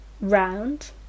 round